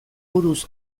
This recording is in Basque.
buruz